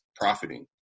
profiting